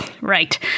Right